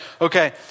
okay